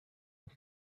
and